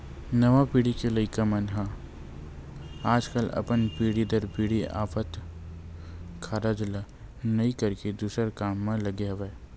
नवा पीढ़ी के लइका मन ह आजकल अपन पीढ़ी दर पीढ़ी आवत कारज ल नइ करके दूसर काम म लगे हवय